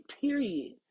period